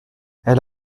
elle